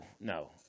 no